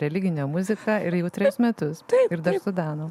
religinė muzika ir jau trejus metus ir dar sudano